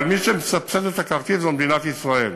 אבל מי שמסבסד את הכרטיס זה מדינת ישראל.